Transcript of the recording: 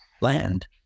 land